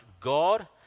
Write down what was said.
God